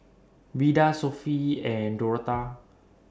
Vida Sophie and Dorotha